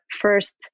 first